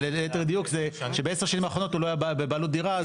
ליתר דיוק זה שבעשר השנים האחרונות הוא לא היה בבעלותו דירה,